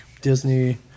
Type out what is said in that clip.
Disney